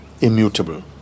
immutable